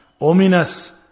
ominous